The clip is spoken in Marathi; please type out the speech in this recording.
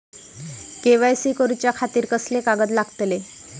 के.वाय.सी करूच्या खातिर कसले कागद लागतले?